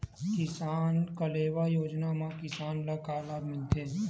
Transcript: किसान कलेवा योजना म किसान ल का लाभ मिलथे?